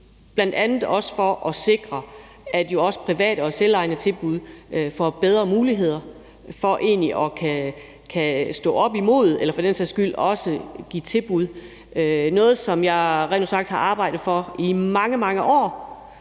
bl.a. for også at sikre, at også private og selvejende tilbud får bedre muligheder for at kunne stå op imod eller for den sags skyld give tilbud. Det er noget, som jeg rent ud sagt har arbejdet for i mange, mange år,